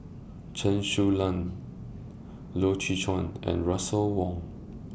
Chen Su Lan Loy Chye Chuan and Russel Wong